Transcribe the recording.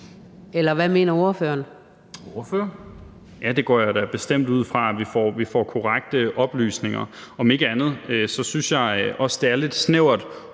Kl. 21:40 Carl Valentin (SF): Ja, jeg går da bestemt ud fra, at vi får korrekte oplysninger. Om ikke andet synes jeg også, det er lidt snævert,